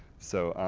so,